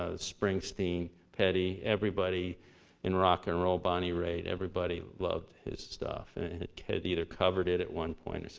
ah springsteen. petty. everybody in rock-n-roll. bonnie raitt. everybody loved his stuff. and had kind of either covered it at one point or so